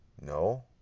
No